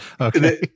Okay